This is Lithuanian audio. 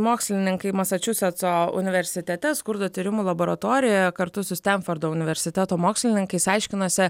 mokslininkai masačusetso universitete skurdo tyrimų laboratorijoje kartu su stenfordo universiteto mokslininkais aiškinosi